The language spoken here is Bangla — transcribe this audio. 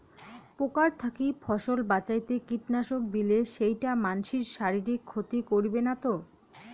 পোকার থাকি ফসল বাঁচাইতে কীটনাশক দিলে সেইটা মানসির শারীরিক ক্ষতি করিবে না তো?